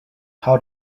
how